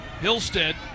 Hillstead